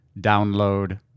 download